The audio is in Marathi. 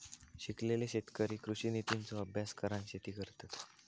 शिकलेले शेतकरी कृषि नितींचो अभ्यास करान शेती करतत